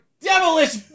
devilish